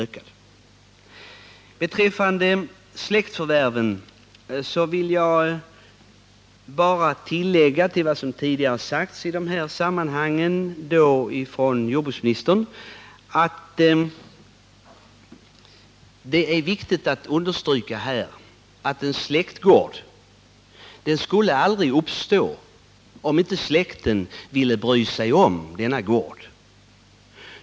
När det gäller släktförvärven vill jag bara tillägga, utöver vad som tidigare sagts i dessa sammanhang av jordbruksministern, att det är viktigt att understryka att en släktgård aldrig skulle uppstå, om inte släkten ville bry sig om denna gård.